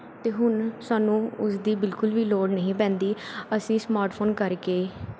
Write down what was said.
ਅਤੇ ਹੁਣ ਸਾਨੂੰ ਉਸਦੀ ਬਿਲਕੁਲ ਵੀ ਲੋੜ ਨਹੀਂ ਪੈਂਦੀ ਅਸੀਂ ਸਮਾਟਫੋਨ ਕਰਕੇ